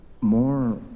more